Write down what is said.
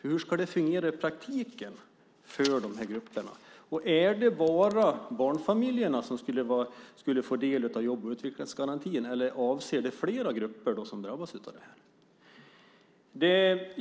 Hur ska det fungera i praktiken för de här grupperna? Och är det bara barnfamiljerna som skulle få del av jobb och utvecklingsgarantin, eller avser det fler grupper som drabbas av detta?